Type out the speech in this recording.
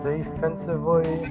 Defensively